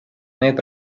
need